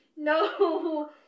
No